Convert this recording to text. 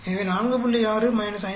எனவே 4